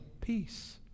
Peace